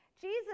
Jesus